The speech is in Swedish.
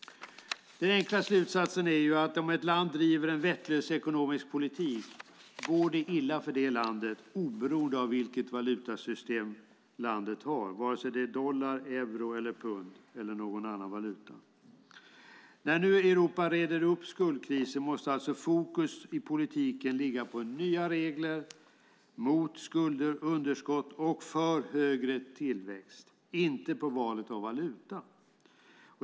Den enkla slutsatsen är att om ett land driver en vettlös ekonomisk politik går det illa för det landet, oberoende av vilket valutasystem landet har - vare sig det är dollar, euro eller pund eller det är någon annan valuta. När Europa nu reder upp skuldkrisen måste fokus i politiken ligga på nya regler - mot skulder och underskott och för högre tillväxt - inte på valet av valuta.